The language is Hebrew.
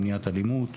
למניעת אלימות.